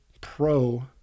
pro